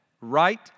Right